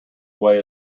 way